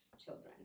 children